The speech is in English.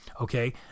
Okay